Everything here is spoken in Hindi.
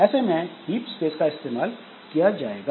ऐसे में हीप स्पेस का ज्यादा इस्तेमाल किया जाएगा